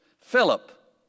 Philip